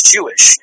Jewish